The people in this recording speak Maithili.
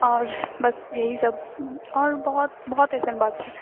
आओर बस यहीसब और बहुत बहुत अइसन बात छै